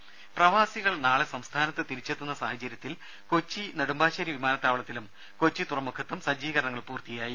രുമ പ്രവാസികൾ നാളെ സംസ്ഥാനത്ത് തിരിച്ചെത്തുന്ന സാഹചര്യത്തിൽ കൊച്ചി നെടുമ്പാശേരി വിമാനത്താവളത്തിലും കൊച്ചി തുറമുഖത്തും സജ്ജീകരണങ്ങൾ പൂർത്തിയായി